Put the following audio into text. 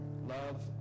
love